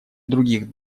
других